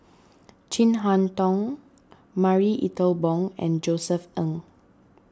Chin Harn Tong Marie Ethel Bong and Josef Ng